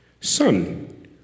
son